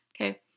Okay